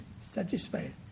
satisfied